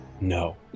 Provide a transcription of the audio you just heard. No